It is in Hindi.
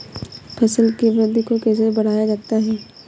फसल की वृद्धि को कैसे बढ़ाया जाता हैं?